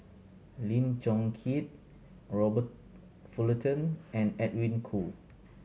Lim Chong Keat Robert Fullerton and Edwin Koo